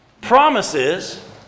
Promises